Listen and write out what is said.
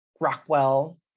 Rockwell